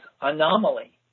anomaly